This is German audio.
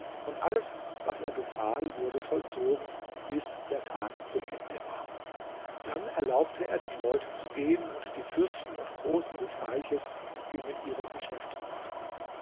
und alles was er befahl wurde vollzogen bis der tage zu ende war dann erlaubte er den leuten zu gehen und die fürsten und großen des reiches gingen ihren geschäften nach